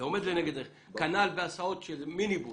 כנ"ל בהסעות של מיניבוס.